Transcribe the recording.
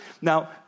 Now